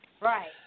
Right